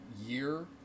year